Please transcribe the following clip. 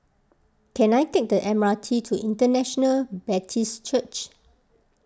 can I take the M R T to International Baptist Church